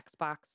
xbox